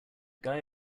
guy